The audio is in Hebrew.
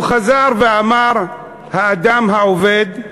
הוא חזר ואמר "האדם העובד",